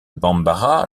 bambara